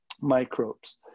microbes